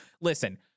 listen